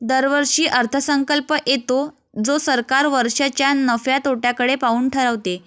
दरवर्षी अर्थसंकल्प येतो जो सरकार वर्षाच्या नफ्या तोट्याकडे पाहून ठरवते